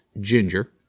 ginger